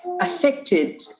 affected